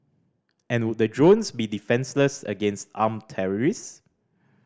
and would the drones be defenceless against armed terrorist